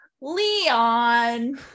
Leon